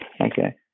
Okay